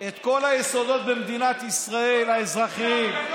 את כל היסודות במדינת ישראל, האזרחיים.